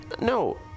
no